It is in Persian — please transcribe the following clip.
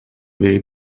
بری